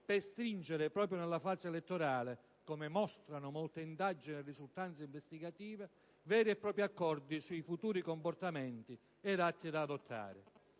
per stringere, proprio nella fase elettorale, come mostrano molte indagini e risultanze investigative, veri e propri accordi sui futuri comportamenti e atti da adottare.